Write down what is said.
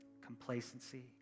complacency